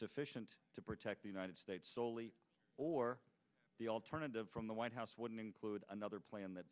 sufficient to protect the united states slowly or the alternative from the white house would include another plan that